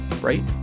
Right